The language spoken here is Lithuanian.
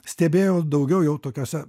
stebėjau daugiau jau tokiuose